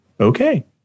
Okay